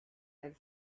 elle